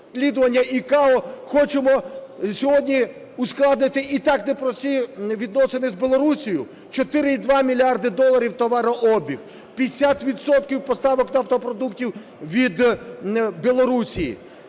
розслідування ІCАО, хочемо сьогодні ускладнити і так непрості відносини з Білоруссю? 4,2 мільярда доларів – товарообіг, 50 відсотків поставок нафтопродуктів від Білорусі,